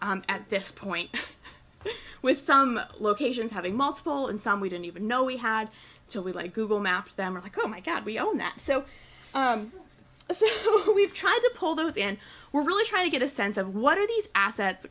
s at this point with some locations having multiple and some we didn't even know we had so we like google maps them are like oh my god we own that so this is who we've tried to pull those and we're really trying to get a sense of what are these assets